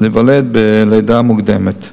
בלידה מוקדמת.